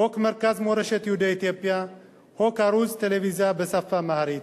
חוק מרכז מורשת יהודי אתיופיה וחוק ערוץ טלוויזיה בשפה האמהרית.